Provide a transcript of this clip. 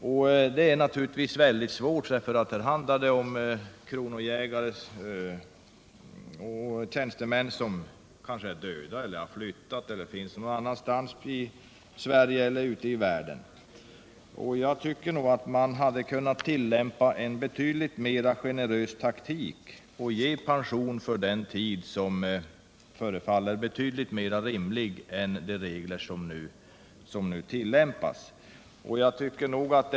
Detta är naturligtvis väldigt svårt, för här handlar det om kronojägare och tjänstemän som kanske är döda eller har flyttat och nu finns någon annanstans i Sverige eller ute i världen. Jag tycker nog att man hade kunnat tillämpa en betydligt mer generös taktik och beviljat pension för den tid som förefaller betydligt mer rimlig än vad nu tillämpade regler medför.